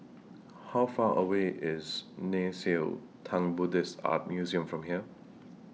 How Far away IS Nei Xue Tang Buddhist Art Museum from here